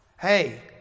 Hey